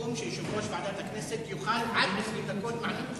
הסיכום הוא שיושב-ראש ועדת הכנסת יוכל עד 20 דקות מהמקום.